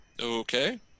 okay